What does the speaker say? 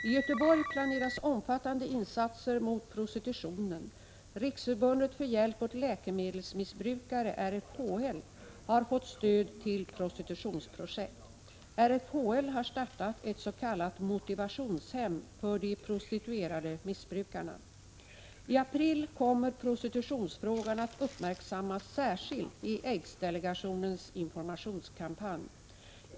I Göteborg planeras omfattande insatser mot prostitutionen. Riksförbundet för hjälp åt läkemedelsmissbrukare — RFHL - har fått stöd till prostitutionsprojekt. RFHL har startat ett s.k. motivationshem för de prostituerade missbrukarna. I april kommer prostitutionsfrågan att uppmärksammas särskilt i aidsdelegationens informationskampanj.